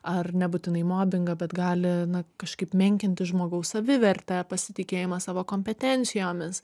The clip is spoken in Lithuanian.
ar nebūtinai mobingą bet gali na kažkaip menkinti žmogaus savivertę pasitikėjimą savo kompetencijomis